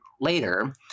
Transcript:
later